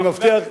אני מבטיח,